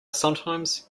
sometimes